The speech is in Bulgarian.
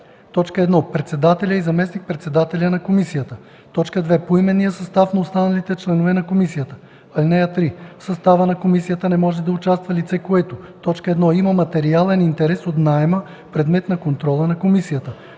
1. председателя и заместник-председателя на комисията; 2. поименния състав на останалите членове на комисията. (3) В състава на комисията не може да участва лице, което: 1. има материален интерес от наема – предмет на контрола на комисията;